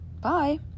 bye